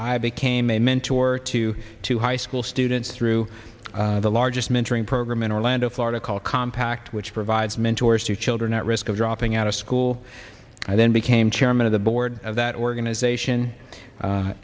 i became a mentor to two high school students through the largest mentoring program in orlando florida called compact which provides mentors to children at risk of dropping out of school i then became chairman of the board of that organization